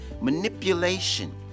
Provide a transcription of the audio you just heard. manipulation